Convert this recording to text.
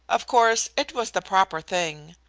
of course it was the proper thing.